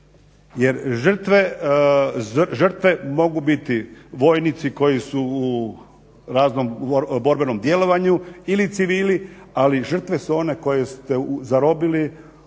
jer žrtve mogu biti vojnici koji su u borbenom djelovanju ili civili, ali žrtve su one koje ste zarobili,